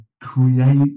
create